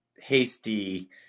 hasty